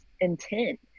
intent